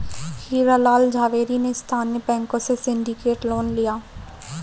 हीरा लाल झावेरी ने स्थानीय बैंकों से सिंडिकेट लोन लिया